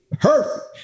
perfect